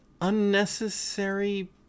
unnecessary